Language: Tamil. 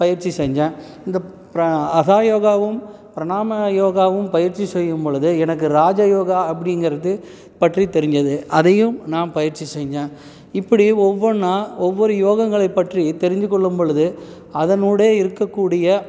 பயிற்சி செஞ்சேன் இந்த பிரா ஹதா யோகாவும் பிராணா யோகாவும் பயிற்சி செய்யும்பொழுது எனக்கு ராஜ யோகா அப்படிங்கிறது பற்றி தெரிஞ்சுது அதையும் நான் பயிற்சி செஞ்சேன் இப்படி ஒவ்வொன்றா ஒவ்வொரு யோகங்களை பற்றி தெரிந்துக்கொள்ளும் பொழுது அதனோடு இருக்கக்கூடிய